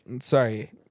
sorry